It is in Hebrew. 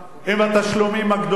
עם התשלומים הגדולים.